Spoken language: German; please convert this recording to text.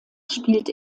spielt